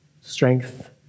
strength